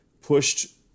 pushed